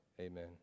Amen